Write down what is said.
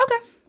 Okay